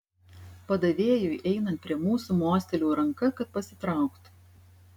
padavėjui einant prie mūsų mostelėjau ranka kad pasitrauktų